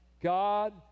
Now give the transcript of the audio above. God